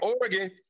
Oregon